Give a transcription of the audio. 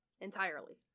entirely